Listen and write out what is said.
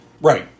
Right